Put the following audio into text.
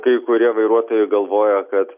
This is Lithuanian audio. kai kurie vairuotojai galvoja kad